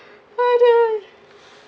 !aduh!